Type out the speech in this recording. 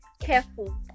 careful